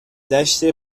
دشت